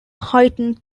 heightened